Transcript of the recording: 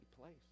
place